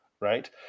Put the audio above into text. right